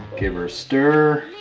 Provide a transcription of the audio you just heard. give her a stir.